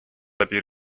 läbi